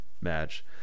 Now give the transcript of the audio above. match